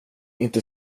inte